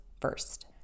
first